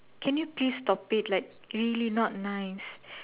can you please stop it like really not nice